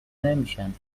نمیشن